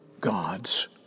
God's